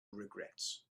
regrets